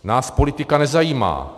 Nás politika nezajímá.